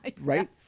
right